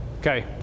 Okay